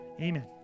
amen